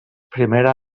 primera